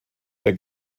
der